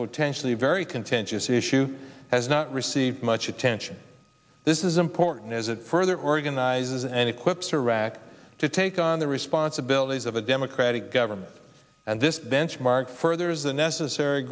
potentially very contentious issue has not received much attention this is important as it further organizes and equips to wrack to take on the responsibilities of a democratic government and this benchmark furthers the necessary